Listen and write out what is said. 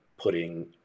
putting